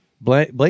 Blake